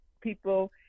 people